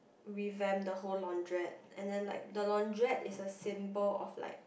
revamp the whole laundrette and then like the laundrette is a symbol of like